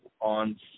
on